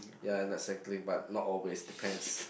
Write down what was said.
ya I like cycling but not always depends